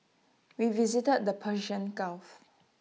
we visited the Persian gulf